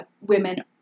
women